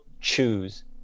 choose